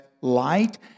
light